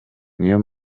niyo